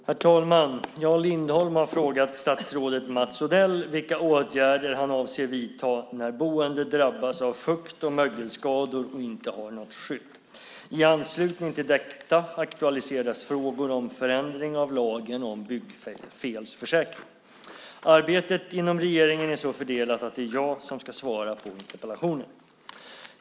Herr talman! Jan Lindholm har frågat statsrådet Mats Odell vilka åtgärder han avser att vidta när boende drabbas av fukt och mögelskador och inte har något skydd. I anslutning till detta aktualiseras frågor om förändring av lagen om byggfelsförsäkring. Arbetet inom regeringen är så fördelat att det är jag som ska svara på interpellationen.